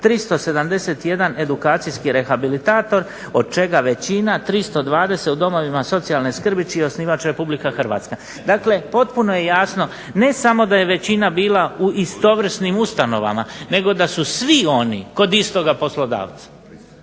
371 edukacijski rehabilitator, od čega većina 320 u domovima socijalne skrbi čiji je osnivač Republika Hrvatska. Dakle, potpuno je jasno ne samo da je većina bila u istovrsnim ustanovama nego da su svi oni kod istoga poslodavca.